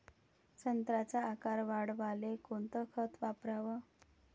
संत्र्याचा आकार वाढवाले कोणतं खत वापराव?